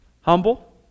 Humble